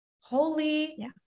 Holy